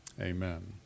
Amen